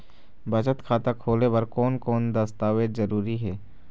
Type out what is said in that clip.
बचत खाता खोले बर कोन कोन दस्तावेज जरूरी हे?